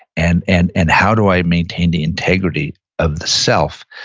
and and and how do i maintain the integrity of the self,